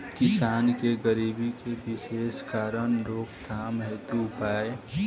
किसान के गरीबी के विशेष कारण रोकथाम हेतु उपाय?